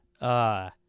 Uh-